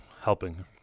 helping